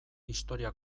historia